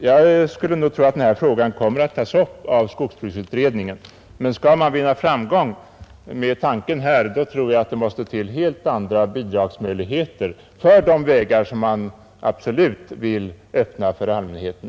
Jag skulle tro att denna fråga kommer att tas upp av skogsbruksutredningen, men skall man vinna framgång med tanken måste det ges helt andra bidragsmöjligheter för de vägar som man önskar öppna för allmänheten.